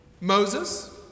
Moses